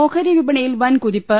ഓഹരി വിപണിയിൽ വൻ കുതിപ്പ്